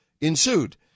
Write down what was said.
ensued